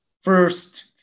first